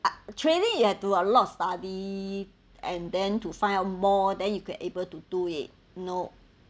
trading you have to a lot of study and then to find out more then you can able to do it no